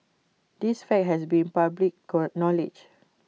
this fact has been public knowledge